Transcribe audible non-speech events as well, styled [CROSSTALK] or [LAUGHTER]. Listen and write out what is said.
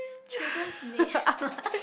children's name [LAUGHS]